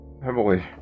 Heavily